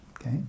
Okay